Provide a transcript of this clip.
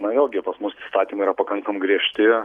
na vėlgi pas mus įstatymai yra pakankam griežti